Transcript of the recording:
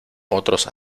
otros